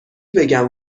بگم